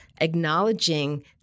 acknowledging